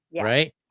right